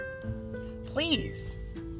Please